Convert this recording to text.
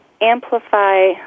amplify